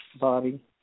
body